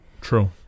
True